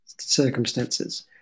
circumstances